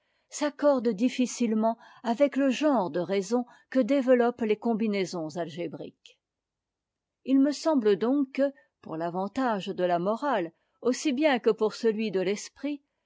s'accorde difficilement avec le genre de raison que développent les combinaisons algébriques il me semble donc que pour l'avantage de la morale aussi bien que pour celui de l'esprit